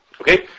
okay